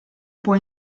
può